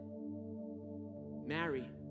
Mary